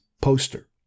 poster